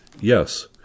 yes